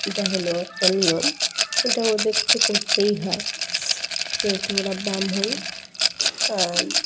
এটা হলো একটা নিয়ম এটা ওদের তো করতেই হয় যেহেতু ওরা ব্রাহ্মণ আর